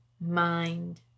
mind